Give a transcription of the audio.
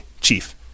chief